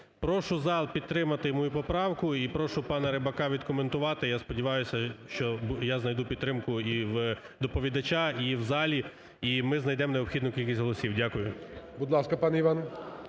Прошу зал підтримати мою поправку і прошу пана Рибака відкоментувати. Я сподіваюсь, що я знайде підтримку і в доповідача, і в залі, і ми знайдемо необхідну кількість голосів. Дякую.